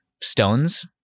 stones